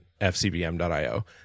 fcbm.io